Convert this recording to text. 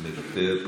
מוותר.